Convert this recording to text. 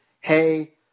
hey